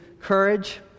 courage